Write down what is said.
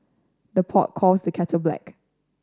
the pot calls the kettle black